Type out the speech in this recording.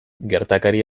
gertakari